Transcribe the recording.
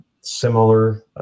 similar